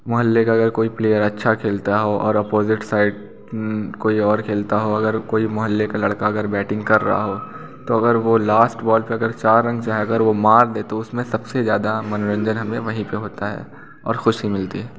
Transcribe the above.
मोहल्ले का अगर कोई प्लेयर अच्छा खेलता हो और अपोजिट साइड कोई और खेलता हो अगर कोई मोहल्ले का लड़का अगर बैटिंग कर रहा हो तो अगर वो लास्ट बॉल पर अगर चार रंन चाहे अगर वो मार दे तो उसमें सब से ज़्यादा मनोरंजन हमें वहीं पर होता है और ख़ुशी मिलती हैं